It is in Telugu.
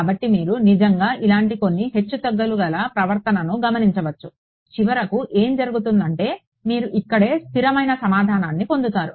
కాబట్టి మీరు నిజంగా ఇలాంటి కొన్ని హెచ్చుతగ్గుల ప్రవర్తనను గమనించవచ్చు చివరికి ఏమి జరుగుతుంది అంటే మీరు ఇక్కడే స్థిరమైన సమాధానాన్ని పొందుతారు